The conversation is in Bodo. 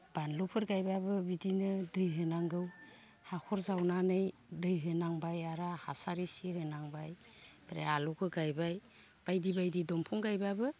बानलुफोर गायब्लाबो बिदिनो दै होनांगौ हाखर जावनानै दै होनांबाय आरो हासार इसे होनांबाय ओमफ्राय आलुखो गायबाय बायदि बायदि दंफां गायब्लाबो